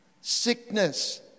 sickness